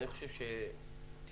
אני שואל את עצמי אם זה אחוז טוב.